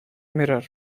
mirror